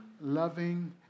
loving